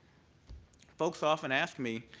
folks often ask me,